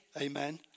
Amen